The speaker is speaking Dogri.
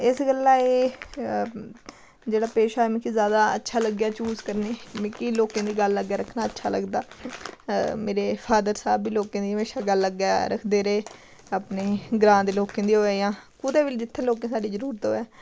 इस गल्ला एह् जेह्ड़ा पेशा मिगी ज्यादा अच्छा लग्गेआ चूज करने गी मिगी लोकें दी गल्ल अग्गें रक्खना अच्छा लगदा मेरे फादर साह्व बी लोकें दी हमेशां गल्ल अग्गें रखदे रेह् अपने ग्रांऽ दे लोकें दी होऐ जां कुदै बी होऐ जित्थें बी लोकें साड़ी जरूरत होऐ